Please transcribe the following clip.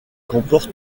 comporte